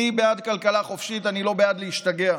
אני בעד כלכלה חופשית, אני לא בעד להשתגע.